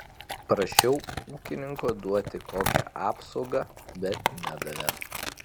prašiau ūkininko duoti kokią apsaugą bet nedavė